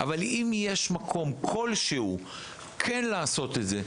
אבל אם יש מקום כלשהו כן לעשות את זה,